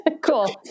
cool